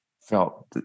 felt